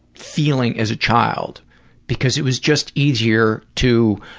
feeling as a child because it was just easier to